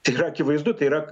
tai yra akivaizdu tai yra